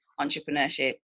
entrepreneurship